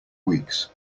weeks